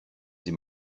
sie